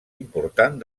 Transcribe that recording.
important